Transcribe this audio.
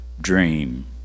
Dream